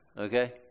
okay